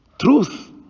Truth